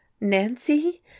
nancy